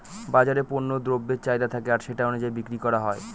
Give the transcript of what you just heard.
বাজারে পণ্য দ্রব্যের চাহিদা থাকে আর সেটা অনুযায়ী বিক্রি করা হয়